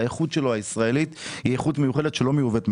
שהאיכות הישראלית שלו מיוחדת.